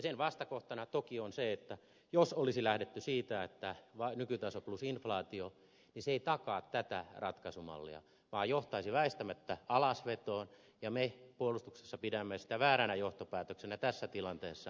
sen vastakohtana toki on se että jos olisi lähdetty siitä että saadaan nykytaso plus inflaatio niin se ei takaa tätä ratkaisumallia vaan johtaisi väistämättä alasvetoon ja me puolustuksessa pidämme sitä vääränä johtopäätöksenä tässä tilanteessa